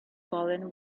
fallen